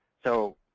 so,